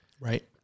Right